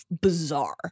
bizarre